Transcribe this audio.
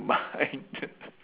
my